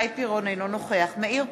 אינו נוכח מאיר פרוש,